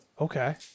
Okay